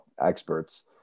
experts